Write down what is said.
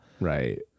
right